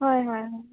হয় হয় হয়